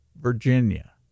Virginia